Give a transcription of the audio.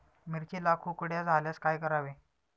मिरचीला कुकड्या झाल्यास काय करावे?